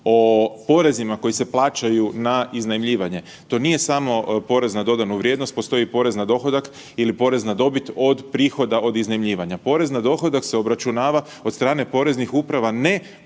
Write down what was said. o porezima koji se plaćaju na iznajmljivanje, to nije samo porez na dodanu vrijednost, postoji porez na dohodak ili porez na dobit od prihoda od iznajmljivanja. Porez na dohodak se obračunava od strane poreznih uprava ne